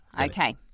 Okay